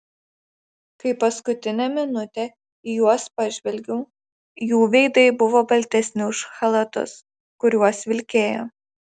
kai paskutinę minutę į juos pažvelgiau jų veidai buvo baltesni už chalatus kuriuos vilkėjo